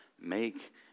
make